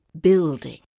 building